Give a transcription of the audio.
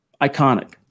iconic